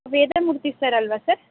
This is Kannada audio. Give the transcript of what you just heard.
ವೇದಮೂರ್ತಿ ಸರ್ ಅಲ್ವಾ ಸರ್